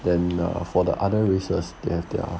then err for the other races they have their